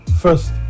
first